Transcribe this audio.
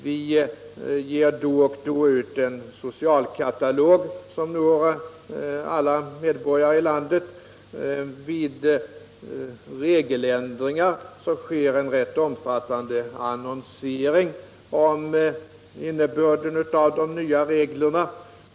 Vi ger då och då ut en socialkatalog som når alla medborgare i landet. Vid regeländringar sker en rätt omfattande annonsering om innebörden av de nya reglerna.